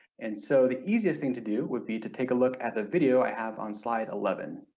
and so the easiest thing to do would be to take a look at the video i have on slide eleven.